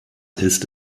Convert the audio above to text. ist